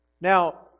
Now